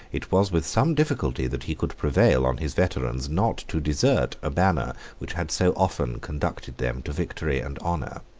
it was with some difficulty that he could prevail on his veterans not to desert a banner which had so often conducted them to victory and honor.